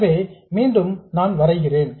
எனவே மீண்டும் நான் வருகிறேன்